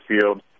field